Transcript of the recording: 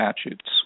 statutes